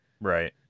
Right